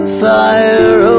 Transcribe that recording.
fire